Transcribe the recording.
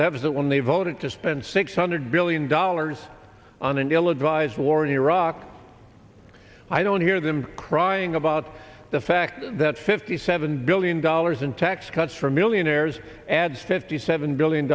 deficit when they voted to spend six hundred billion dollars on an ill advised war in iraq i don't hear them crying about the fact that fifty seven billion dollars in tax cuts for millionaires adds fifty seven billion